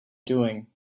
doing